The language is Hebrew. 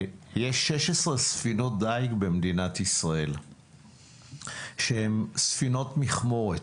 יש 16 ספינות דיג במדינת ישראל שהם ספינות מכמורת,